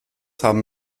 haben